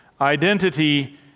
Identity